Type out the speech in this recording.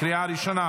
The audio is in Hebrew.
לקריאה ראשונה.